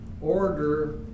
order